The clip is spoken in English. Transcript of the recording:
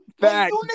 Fact